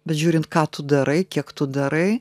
bet žiūrint ką tu darai kiek tu darai